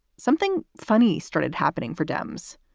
something funny started happening for dems.